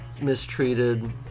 mistreated